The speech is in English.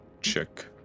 check